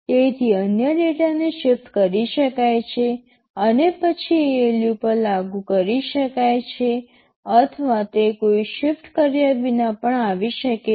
તેથી અન્ય ડેટાને શિફ્ટ કરી શકાય છે અને પછી ALU પર લાગુ કરી શકાય છે અથવા તે કોઈ શિફ્ટ કર્યા વિના પણ આવી શકે છે